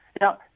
Now